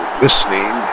listening